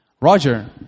Roger